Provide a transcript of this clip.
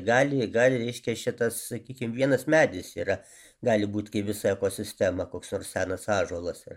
gali gali reiškia šitas sakykim vienas medis yra gali būt kai visa ekosistema koks nors senas ąžuolas ar